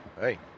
hey